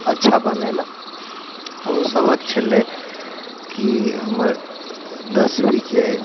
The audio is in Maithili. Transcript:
अच्छा बनेलक ओ सबक छलै कि हमर दसमीके